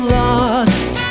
lost